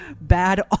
bad